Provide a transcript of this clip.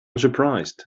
surprised